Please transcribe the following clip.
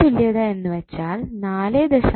Norton തുല്യത എന്ന് വെച്ചാൽ 4